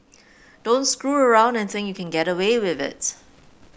don't screw around and think you can get away with it